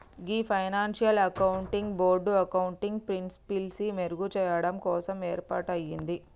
గీ financial accounting board accounting ప్రిన్సిపిల్సి మెరుగు చెయ్యడం కోసం ఏర్పాటయింది